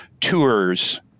tours